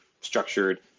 structured